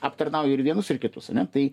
aptarnauja ir vienus ir kitus ane tai